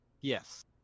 Yes